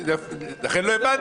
לכן לא הבנתי.